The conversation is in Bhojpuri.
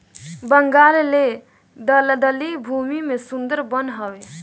बंगाल ले दलदली भूमि में सुंदर वन हवे